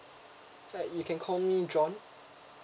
right you can call me john